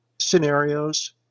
scenarios